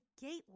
gateway